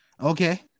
Okay